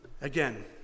Again